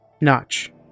Notch